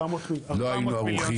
לא היינו ערוכים.